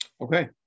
okay